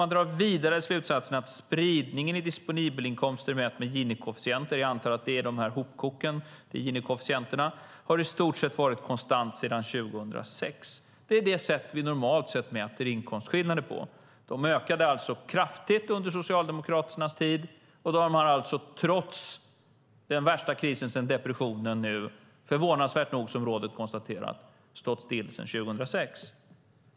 Man drar vidare slutsatsen att spridningen i disponibelinkomster mätt med Gini-koefficienter - jag antar att det är hopkoken - i stort sett har varit konstant sedan 2006. Detta är det sätt som vi normalt sett mäter inkomstskillnader på. De ökade alltså kraftigt under Socialdemokraternas tid, men nu har man alltså trots den värsta krisen sedan depressionen förvånansvärt nog, som rådet konstaterar, stått still sedan 2006.